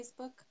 Facebook